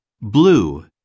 Blue